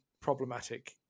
problematic